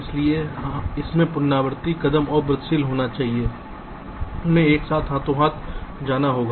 इसलिए इसमें पुनरावृत्ति कदम और वृद्धिशील होना है उन्हें एक साथ हाथो हाथ जाना होगा